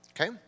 okay